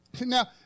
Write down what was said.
Now